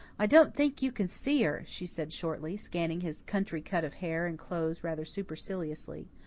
i don't think you can see her, she said shortly, scanning his country cut of hair and clothes rather superciliously.